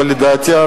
ולדעתי,